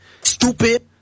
Stupid